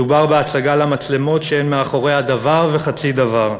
מדובר בהצגה למצלמות שאין מאחוריה דבר וחצי דבר,